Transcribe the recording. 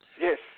Yes